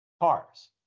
cars